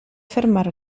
fermare